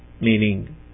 meaning